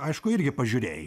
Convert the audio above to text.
aišku irgi pažiūrėjai